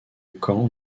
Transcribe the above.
camp